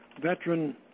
veteran